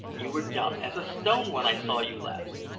you were dumb as a stone when i saw you last.